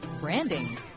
branding